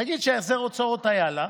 10,000 ונגיד שהחזר הוצאות היה לה,